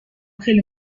خیلی